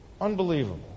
Unbelievable